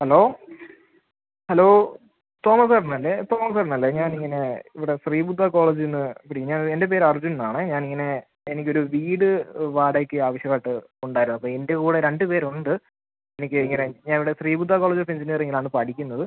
hello hello തോമസേട്ടനല്ലേ തോമാസേട്ടനല്ലേ ഞാനിങ്ങനെ ഇവിടെ ശ്രീബുദ്ധ കോളേജീന്ന് വിളിക്കുക ഞാനത് എൻ്റെ പേരർജുൻന്നാണേ ഞാനിങ്ങനെ എനിക്കൊരു വീട് വാടകക്ക് ആവശ്യമായിട്ട് ഉണ്ടായിരുന്നപ്പോൾ എൻ്റെ കൂടെ രണ്ട് പേരുണ്ട് എനിക്കിങ്ങനെ ഞാൻ ഇവിടെ ശ്രീബുദ്ധ കോളേജ് ഓഫ് എഞ്ചിനീയറിംഗിലാന്ന് പഠിക്കുന്നത്